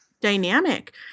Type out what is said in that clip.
dynamic